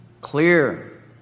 clear